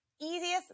easiest